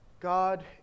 God